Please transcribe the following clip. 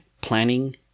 Planning